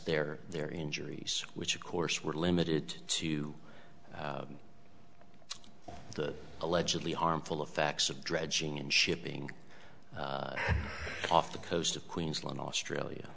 their their injuries which of course were limited to the allegedly harmful effects of dredging and shipping off the coast of queensland australia